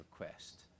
request